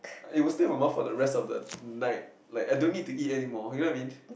it will stay in my mouth for the rest of the night like I don't need to eat anymore you know I what I mean